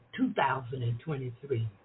2023